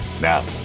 Now